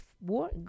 war